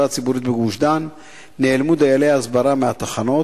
הציבורית בגוש-דן נעלמו דיילי ההסברה מהתחנות,